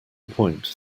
point